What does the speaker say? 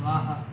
वह